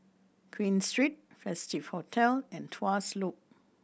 Queen Street Festive Hotel and Tuas Loop